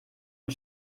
und